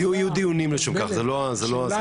יהיו דיונים לשם כך, זה לא הזמן.